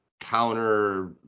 counter